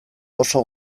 oso